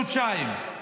חודשיים.